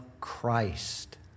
Christ